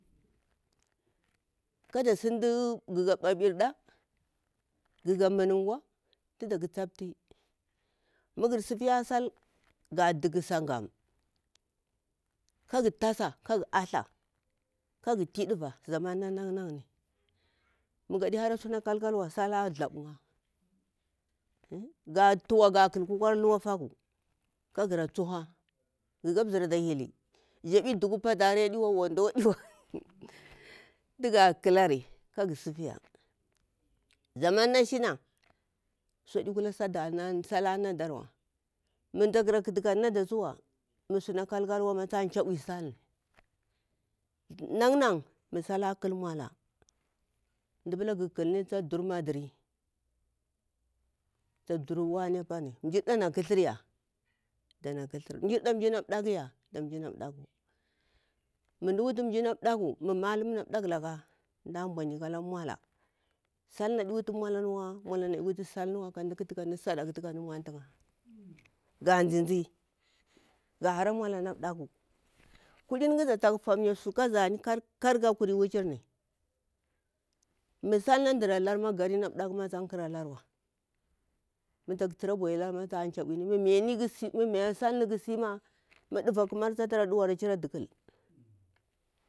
Kada sin ga ɓaɓirda ga muni gwan mahgha sifiya sal ga duk sagam kagu tasa kagha a tha kagu ti ɗuva magaɗi lara suna kal- kal wa ta thab'ya ga tuwa ga khal kukwa 'ya kara lukwa faku kaghara tsuhu, ghaka mzir ata hili mzɓi duku wandu ɗiwa patari aɗiwa tuga khalari ka gha sifiya, zaman na shina su'aɗu kala sal anadawa muda khadi ka nalada tsuwa mah sunatu adu ƙaɓatu ɓara dawa da chaɓwu salni nang nan mah sa a khal maula gha khalni tsa dar maɗiri ta durwane apani to myirɗa ana ƙathar ya mjirɗa mjina ɗakuya da mjina ɗaku mu mjina ɗaku mu malum na ɗaklaka mda mau nika ala maula tadiwatu salniwa sal ni adi wutu maulanwa mda khatu apa sadaka kan mauntu'ya ga zinzi ga hara maula na ɗaku kalini gyaza tak famya su kaani karkar mi salni ɗalari gari na dak ta pulla sani wa mu tak tura a bwahila ri ta chaɓwini, mi maya salni khasi mah ɗava akhamari tsara ɗuwarari akira duƙal.